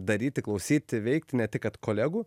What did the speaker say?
daryti klausyti veikti ne tik kad kolegų